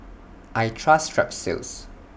I Trust Strepsils